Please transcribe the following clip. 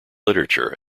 literature